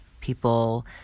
People